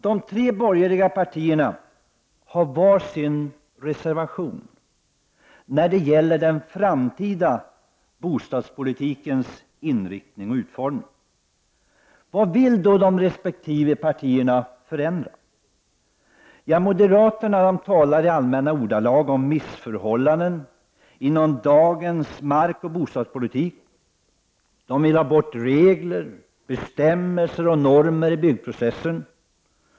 De tre borgerliga partierna har var sin reservation när det gäller den framtida bostadspolitikens inriktning och utformning. Vad vill då resp. partier förändra? Moderaterna talar i allmänna ordalag om missförhållanden inom dagens markoch bostadspolitik. De vill ha bort en rad regler, bestämmelser och normer i byggprocessen.